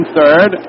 third